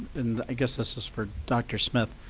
and i guess this is for dr smith,